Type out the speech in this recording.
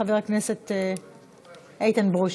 חבר הכנסת איתן ברושי,